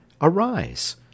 Arise